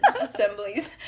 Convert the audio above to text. assemblies